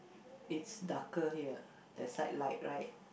it's darker here the side light right